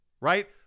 Right